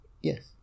Yes